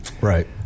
Right